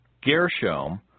Gershom